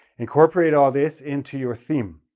incorporate all of this into your theme.